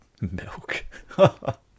Milk